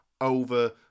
over